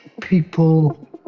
people